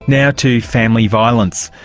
now to family violence.